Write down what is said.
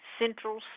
Central